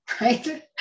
right